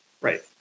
Right